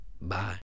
bye